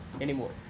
Anymore